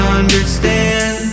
understand